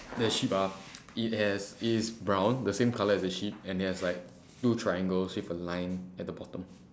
the sheep ah it has it is brown the same colour as the sheep and it has like two triangles with a line at the bottom